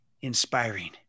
inspiring